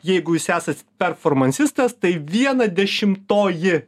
jeigu jūs esat performansistas tai viena dešimtoji